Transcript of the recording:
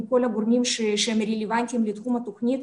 כל הגורמים שהם רלוונטיים בתחום התוכנית.